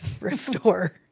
restore